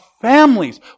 families